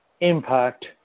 impact